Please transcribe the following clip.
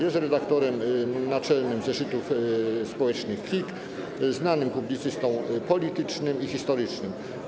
Jest redaktorem naczelnym „Zeszytów Społecznych KIK”, znanym publicystą politycznym i historycznym.